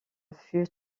fut